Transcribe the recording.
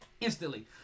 instantly